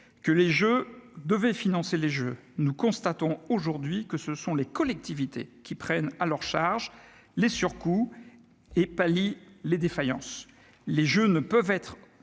que les jeux devaient financer les jeux. Nous constatons aujourd'hui que ce sont les collectivités qui prennent à leur charge les surcoûts et pallient les défaillances. Les jeux ne peuvent être